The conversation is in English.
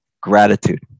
gratitude